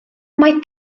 mae